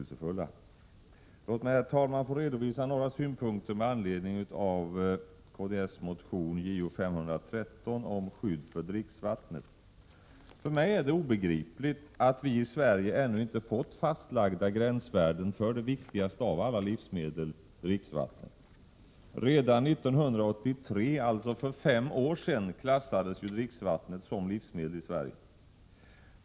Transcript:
Låt mig, herr talman, få redovisa några synpunkter med anledning av kds motion Jo513 om skydd för dricksvattnet. För mig är det obegripligt att vi i Sverige ännu inte fått fastlagda gränsvärden för det viktigaste av alla livsmedel, dricksvattnet. Redan 1983, alltså för fem år sedan, klassades ju dricksvattnet som livsmedel i Sverige.